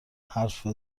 حرفی